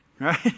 Right